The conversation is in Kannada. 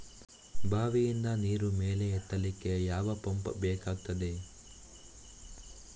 ಬಾವಿಯಿಂದ ನೀರು ಮೇಲೆ ಎತ್ತಲಿಕ್ಕೆ ಯಾವ ಪಂಪ್ ಬೇಕಗ್ತಾದೆ?